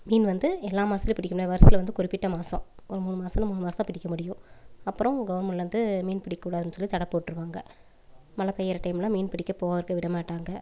மீன் வந்து எல்லா மாதத்துலயும் பிடிக்க முடியாது வருஷத்துல வந்துட்டு குறிப்பிட்ட மாதம் ஒரு மூணு மாதம்னா மூணு மாதந்தான் பிடிக்க முடியும் அப்புறம் கவுர்மெண்ட்டில் இருந்து மீன் பிடிக்க கூடாதுன்னு சொல்லி தடை போட்டுடுவாங்க மழை பெய்கிற டைமெலாம் மீன் பிடிக்க போகிறதுக்கு விட மாட்டாங்க